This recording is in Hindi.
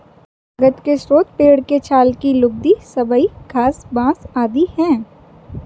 कागज के स्रोत पेड़ के छाल की लुगदी, सबई घास, बाँस आदि हैं